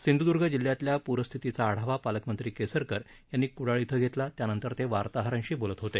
सिंधूदूर्ग जिल्ह्यातल्या पूरस्थितीचा आढावा पालकमंत्री केसरकर यांनी कुडाळ इथं घेतला त्यानंतर ते पत्रकारांशी बोलत होते